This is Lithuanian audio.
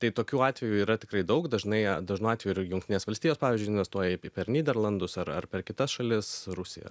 tai tokių atvejų yra tikrai daug dažnai dažnu atveju ir jungtinės valstijos pavyzdžiui investuoja per nyderlandus ar ar per kitas šalis rusija